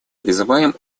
призываем